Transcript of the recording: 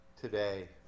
today